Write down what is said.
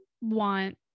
want